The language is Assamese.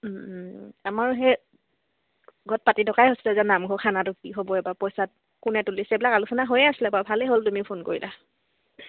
আমাৰো সেই ঘৰত পাতি থকাই আছিলে যেন নামঘৰ খানাটো কি হ'ব এইবাৰ পইচা কোনে তুলিছে এইবিলাক আলোচনা হৈ আছিলে বাৰু ভালেই হ'ল তুমি ফোন কৰিলা